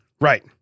Right